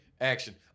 Action